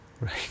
Right